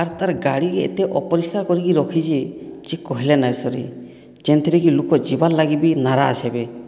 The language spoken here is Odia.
ଆର ତାର୍ ଗାଡ଼ିକେ ଏତେ ଅପରିଷ୍କାର କରିକି ରଖିଛେ ଯେ କହେଲେ ନାଇଁ ସରେ ଯେନ୍ଥିରେକି ଲୁକ ଯିବାର୍ ଲାଗି ବି ନାରାଜ ହେବେ